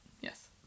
Yes